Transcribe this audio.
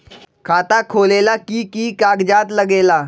खाता खोलेला कि कि कागज़ात लगेला?